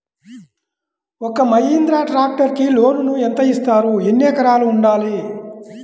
ఒక్క మహీంద్రా ట్రాక్టర్కి లోనును యెంత ఇస్తారు? ఎన్ని ఎకరాలు ఉండాలి?